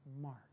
Mark